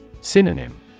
Synonym